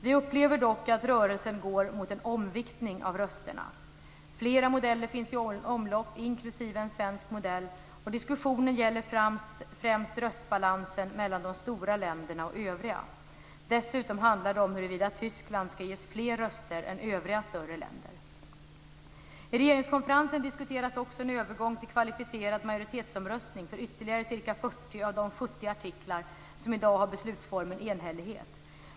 Vi upplever dock att rörelsen går mot en omviktning av rösterna. Flera modeller finns i omlopp, inklusive en svensk. Diskussionen gäller främst röstbalansen mellan de stora länderna och övriga. Dessutom handlar det om huruvida Tyskland ska ges fler röster än övriga större länder. I regeringskonferensen diskuteras också en övergång till kvalificerad majoritetsomröstning för ytterligare ca 40 av de 70 artiklar som i dag har beslutsformen enhällighet.